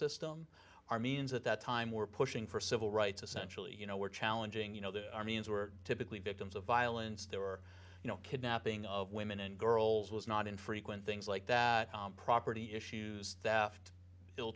system armenians at that time were pushing for civil rights essentially you know were challenging you know the armenians were typically victims of violence there were you know kidnapping of women and girls was not infrequent things like that property issues